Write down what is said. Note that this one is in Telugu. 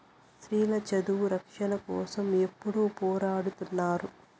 స్త్రీల చదువు రక్షణ కోసం ఎప్పుడూ పోరాడుతున్నారు